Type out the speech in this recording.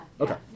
Okay